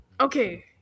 Okay